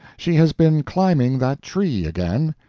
she has been climbing that tree again.